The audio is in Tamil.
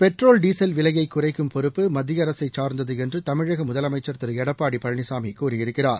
பெட்ரோல் டீசல் விலையை குறைக்கும் பொறுப்பு மத்திய அரசை சார்ந்தது என்று தமிழக முதலமைச்சர் திரு எடப்பாடி பழனிசாமி கூறியிருக்கிறார்